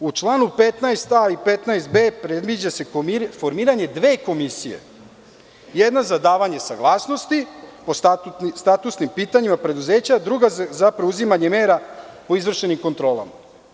U članu 15a. i 15b. predviđa se formiranje dve komisije, jedna za davanje saglasnosti o statusnim pitanjima preduzeća, a druga za preuzimanje mera o izvršenim kontrolama.